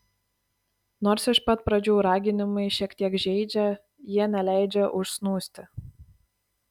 nors iš pat pradžių raginimai šiek tiek žeidžia jie neleidžia užsnūsti